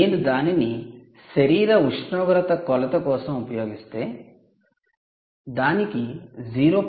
కానీ నేను దానిని శరీర ఉష్ణోగ్రత కొలత కోసం ఉపయోగిస్తే దానికి 0